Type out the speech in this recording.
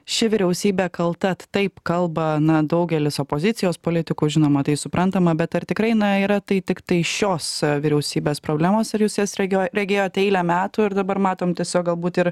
ši vyriausybė kalta taip kalba na daugelis opozicijos politikų žinoma tai suprantama bet ar tikrai na yra tai tiktai šios vyriausybės problemos ar jūs jas regėjo regėjot eilę metų ir dabar matom tiesiog galbūt ir